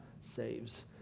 saves